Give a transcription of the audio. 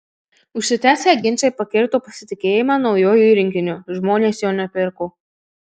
užsitęsę ginčai pakirto pasitikėjimą naujuoju rinkiniu žmonės jo nepirko